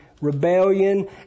rebellion